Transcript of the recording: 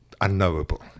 unknowable